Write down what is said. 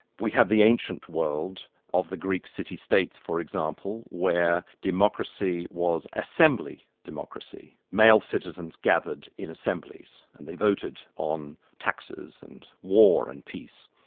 we have the ancient world of the greek city states, for example, where democracy was assembly democracy male citizens gathered in assemblies, and they voted on taxes and war and peace.